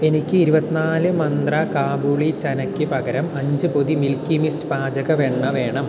എനിക്ക് ഇരുപത്തിനാല് മന്ത്ര കാബൂളി ചനക്ക് പകരം അഞ്ച് പൊതി മിൽക്കി മിസ്റ്റ് പാചക വെണ്ണ വേണം